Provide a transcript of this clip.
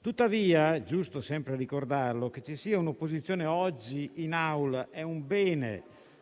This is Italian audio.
Tuttavia, è giusto sempre ricordare che è un bene che ci sia un'opposizione oggi in Aula,